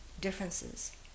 differences